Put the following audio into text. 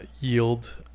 yield